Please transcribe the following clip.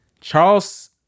Charles